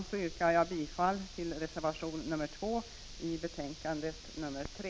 Med detta yrkar jag bifall till reservation 2 i socialförsäkringsutskottets betänkande nr 3.